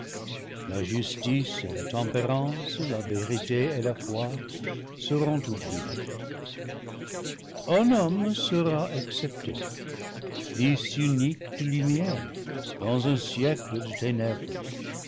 la justice et la tempérance la vérité et la foi seront ce oubliées un homme sera excepté fils unique de lumière ce dans un siècle de ténèbres